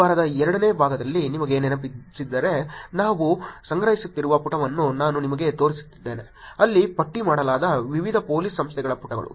ಈ ವಾರದ ಎರಡನೇ ಭಾಗದಲ್ಲಿ ನಿಮಗೆ ನೆನಪಿದ್ದರೆ ನಾವು ಸಂಗ್ರಹಿಸುತ್ತಿರುವ ಪುಟವನ್ನು ನಾನು ನಿಮಗೆ ತೋರಿಸಿದ್ದೇನೆ ಅಲ್ಲಿ ಪಟ್ಟಿ ಮಾಡಲಾದ ವಿವಿಧ ಪೊಲೀಸ್ ಸಂಸ್ಥೆಯ ಪುಟಗಳು